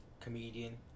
comedian